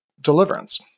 deliverance